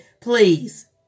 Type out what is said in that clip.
please